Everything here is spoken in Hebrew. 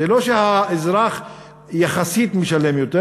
זה לא שהאזרח יחסית משלם יותר,